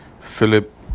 Philip